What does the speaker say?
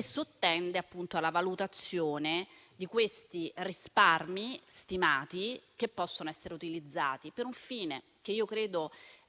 sottende alla valutazione di questi risparmi stimati che possono essere utilizzati per un fine che tutti